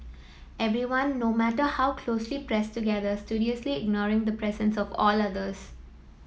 everyone no matter how closely pressed together studiously ignoring the presence of all others